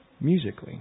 musically